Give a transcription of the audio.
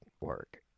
work